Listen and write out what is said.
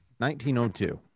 1902